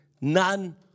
none